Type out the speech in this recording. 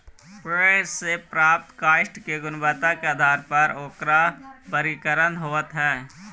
पेड़ से प्राप्त काष्ठ के गुणवत्ता के आधार पर ओकरा वर्गीकरण होवऽ हई